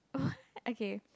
oh okay